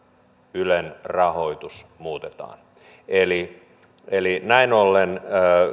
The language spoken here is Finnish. ylen rahoitus muutetaan eli eli näin ollen